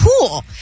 Cool